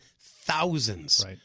thousands